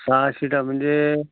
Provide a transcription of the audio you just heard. सहा शीटा म्हणजे